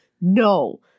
No